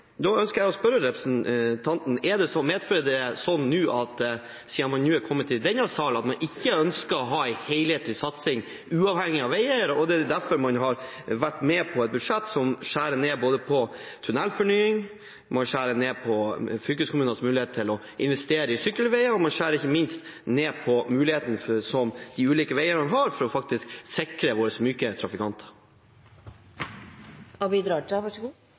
Da ønsker jeg å spørre representanten: Medfører det nå, siden man nå er kommet i denne salen, at man ikke ønsker å ha en helhetlig satsing uavhengig av veier? Er det derfor man har vært med på et budsjett som skjærer ned både på tunnelfornying, fylkeskommunenes mulighet til å investere i sykkelveier, og ikke minst på mulighetene som de ulike veiene har for å sikre våre myke trafikanter? Representanten Raja